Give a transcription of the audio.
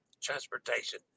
Transportation